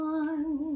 one